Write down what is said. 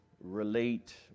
relate